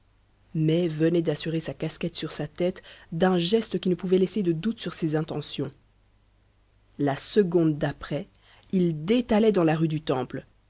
mai venait d'assurer sa casquette sur sa tête d'un geste qui ne pouvait laisser de doutes sur ses intentions la seconde d'après il détalait dans la rue du temple